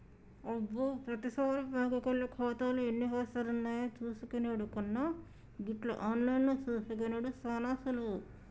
అబ్బో ప్రతిసారి బ్యాంకుకెళ్లి ఖాతాలో ఎన్ని పైసలున్నాయో చూసుకునెడు కన్నా గిట్ల ఆన్లైన్లో చూసుకునెడు సాన సులువు